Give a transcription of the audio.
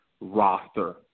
roster